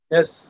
Yes